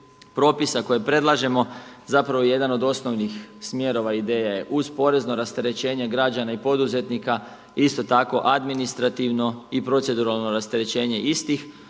propisa koje predlažemo, zapravo je jedan od osnovnih smjerova. I ideja je uz poreznog rasterećenje građana i poduzetnika, isto tako administrativno i proceduralno rasterećenje istih,